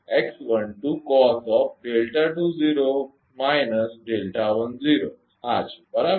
તેથી આ છે બરાબર